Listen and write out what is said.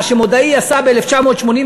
מה שמודעי עשה ב-1986.